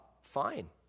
fine